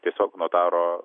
tiesiog notaro